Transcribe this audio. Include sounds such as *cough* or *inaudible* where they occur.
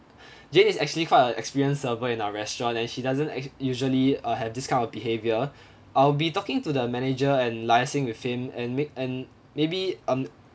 *breath* jane is actually quite an experienced server in our restaurant and she doesn't act~ usually uh have this kind of behaviour *breath* I'll be talking to the manager and liaising with him and may~ and maybe um